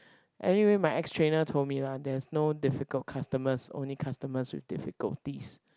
anyway my ex trainer told me lah there's no difficult customers only customers with difficulties